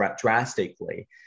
drastically